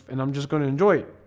and i'm just going to enjoy